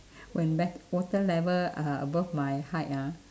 when that water level uh above my height ah